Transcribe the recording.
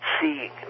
see